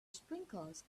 sprinkles